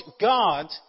God